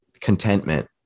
contentment